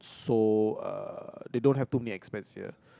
so uh they don't have too many expats here